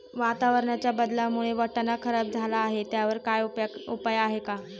वातावरणाच्या बदलामुळे वाटाणा खराब झाला आहे त्याच्यावर काय उपाय आहे का?